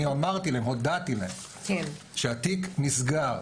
אני הודעתי להם שהתיק נסגר.